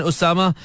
Osama